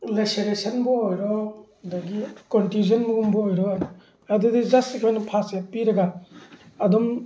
ꯂꯦꯁꯦꯔꯦꯁꯟꯕꯨ ꯑꯣꯏꯔꯣ ꯑꯗꯒꯤ ꯀꯣꯟꯇ꯭ꯌꯨꯖꯟꯒꯨꯝꯕ ꯑꯣꯏꯔꯣ ꯑꯗꯨꯗꯤ ꯖꯁ ꯑꯩꯈꯣꯏꯅ ꯐꯥꯔꯁ ꯑꯦꯗ ꯄꯤꯔꯒ ꯑꯗꯨꯝ